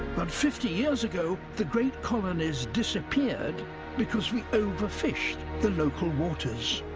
but fifty years ago the great colonies disappeared because we overfished the local waters.